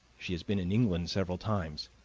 she has been in england several times.